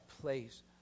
place